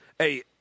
Hey